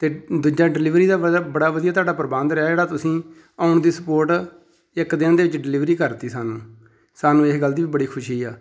ਅਤੇ ਦੂਜਾ ਡਿਲੀਵਰੀ ਦਾ ਬਦਾ ਬੜਾ ਵਧੀਆ ਤੁਹਾਡਾ ਪ੍ਰਬੰਧ ਰਿਹਾ ਜਿਹੜਾ ਤੁਸੀਂ ਔਨ ਦੀ ਸਪੋਟ ਇੱਕ ਦਿਨ ਦੇ ਵਿੱਚ ਡਿਲੀਵਰੀ ਕਰਤੀ ਸਾਨੂੰ ਸਾਨੂੰ ਇਹ ਗੱਲ ਦੀ ਵੀ ਬੜੀ ਖੁਸ਼ੀ ਆ